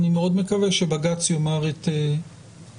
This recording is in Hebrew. אני מאוד מקווה שבג"ץ יאמר את דברו.